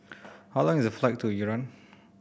how long is the flight to Iran